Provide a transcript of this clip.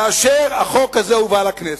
כאשר החוק הזה הובא לכנסת,